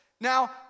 Now